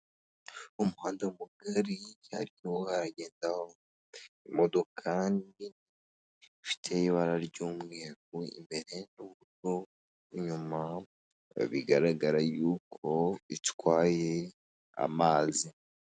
Umuhanda mugari harimo haragendaho imodoka kandi ifite ibara ry'umweru imbere n'inyuma bikaba bigaragara yuko itwaye amazi.